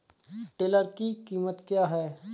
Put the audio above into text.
Tiller की कीमत क्या है?